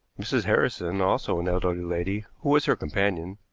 mrs. harrison, also an elderly lady, who was her companion,